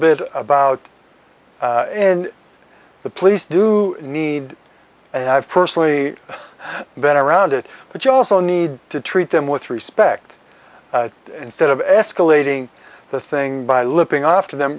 bit about in the police do need to have personally been around it but you also need to treat them with respect instead of escalating the thing by looping off to them